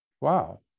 Wow